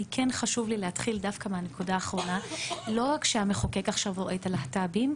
חשוב לי להתחיל דווקא מהנקודה האחרונה: לא רק שהמחוקק רואה את הלהט"בים,